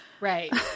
Right